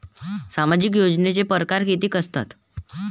सामाजिक योजनेचे परकार कितीक असतात?